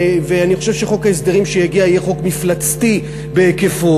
ואני חושב שחוק ההסדרים שיגיע יהיה חוק מפלצתי בהיקפו,